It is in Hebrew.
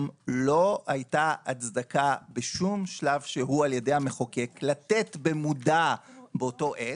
לא הייתה הצדקה בשום שלב שהוא על ידי המחוקק לתת במודע באותה עת.